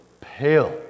pale